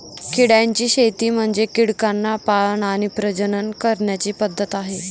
किड्यांची शेती म्हणजे किड्यांना पाळण आणि प्रजनन करण्याची पद्धत आहे